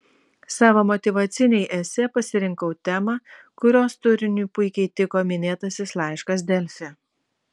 savo motyvacinei esė pasirinkau temą kurios turiniui puikiai tiko minėtasis laiškas delfi